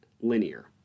linear